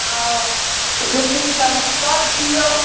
तऽ भिण्डी कनी कऽ दिऔ